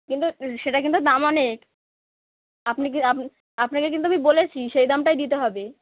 কিন্তু সেটা কিন্তু দাম অনেক আপনি কি আপ আপনাকে কিন্তু আমি বলেছি সেই দামটাই দিতে হবে